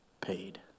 paid